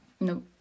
No